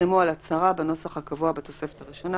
יחתמו על הצהרה בנוסח הקבוע בתוספת הראשונה,